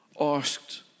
asked